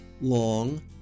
long